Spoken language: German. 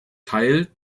teil